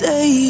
Say